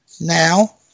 now